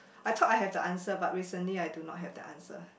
I thought I have the answer but recently I do not have the answer